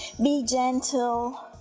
be gentle,